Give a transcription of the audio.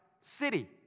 city